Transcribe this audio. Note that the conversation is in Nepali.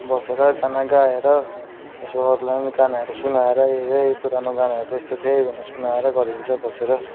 बसेर गाना गाएर यसो अरूलाई पनि गानाहरू सुनाएर यही हो है पुरानो गानाहरू चाहिँ यस्तो थियो है भनेर सुनाएर गरिन्छ बसेर